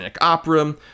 Opera